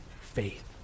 faith